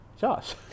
Josh